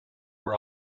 were